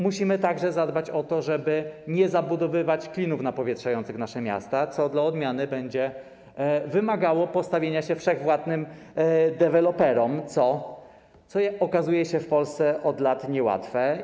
Musimy także zadbać o to, żeby nie zabudowywać klinów napowietrzających nasze miasta, co dla odmiany będzie wymagało postawienia się wszechwładnym deweloperom, co okazuje się w Polsce od lat niełatwe.